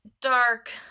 dark